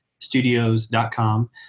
studios.com